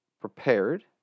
prepared